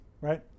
right